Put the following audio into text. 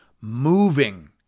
moving